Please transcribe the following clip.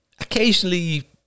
Occasionally